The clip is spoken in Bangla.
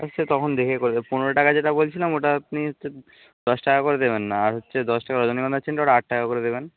আচ্ছা তখন দেখে করবো পনেরো টাকা যেটা বলছিলাম ওটা আপনি হচ্ছে দশ টাকা করে দেবেন না আর হচ্ছে দশটা রজনীগন্ধার চেনটা ওটা আট টাকা করে দেবেন